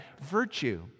virtue